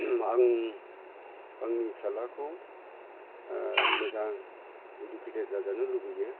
आं आंनि फिसाज्लाखौ मोजां इडुकेटेड जाजानो लुबैयो